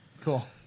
Cool